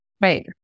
right